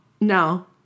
No